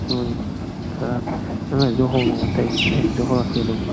ꯎꯝ ꯈꯔ ꯈꯔꯗꯣ ꯍꯧꯔꯛꯑꯣ ꯑꯇꯩ ꯑꯩꯅꯁꯨ ꯍꯧꯔꯛꯀꯦ ꯑꯗꯨꯝ